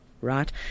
right